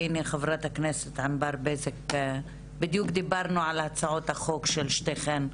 והנה חברת הכנסת ענבר בזק בדיוק דיברנו על הצעות החוק של שתיכן,